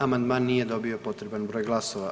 Amandman nije dobio potreban broj glasova.